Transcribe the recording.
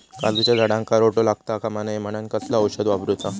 काजूच्या झाडांका रोटो लागता कमा नये म्हनान कसला औषध वापरूचा?